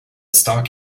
stock